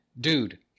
Dude